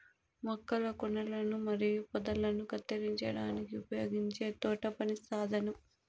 మొక్కల కొనలను మరియు పొదలను కత్తిరించడానికి ఉపయోగించే తోటపని సాధనం